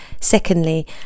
Secondly